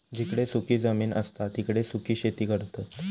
जिकडे सुखी जमीन असता तिकडे सुखी शेती करतत